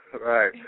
Right